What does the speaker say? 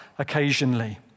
Occasionally